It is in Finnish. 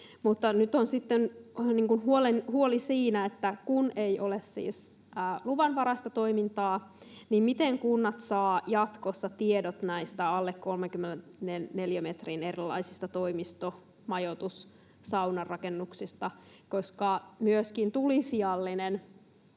sitten huoli siitä, että kun se ei ole siis luvanvaraista toimintaa, niin miten kunnat saavat jatkossa tiedot näistä alle 30 neliömetrin erilaisista toimisto-, majoitus-, saunarakennuksista. Myöskin tulisijallinen